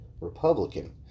Republican